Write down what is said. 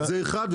זה אחד.